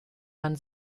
man